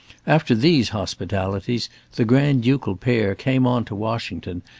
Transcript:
after these hospitalities the grand-ducal pair came on to washington,